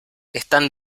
están